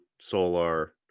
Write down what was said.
Solar